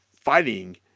fighting